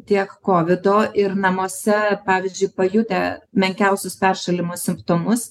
tiek kovido ir namuose pavyzdžiui pajutę menkiausius peršalimo simptomus